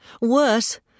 Worse